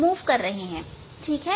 ठीक है